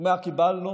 ומה קיבלנו?